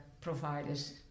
providers